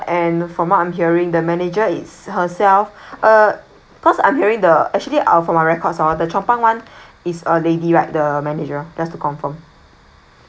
and from what I'm hearing the manager is herself uh cause I'm hearing the actually our from our records all the chong pang [one] is a lady right the manager just to confirm